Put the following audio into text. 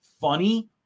funny